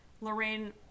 Lorraine